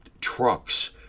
trucks